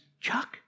Chuck